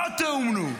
לא תאומנו.